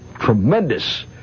tremendous